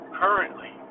currently